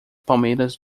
palmeiras